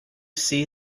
see